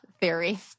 theory